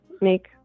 make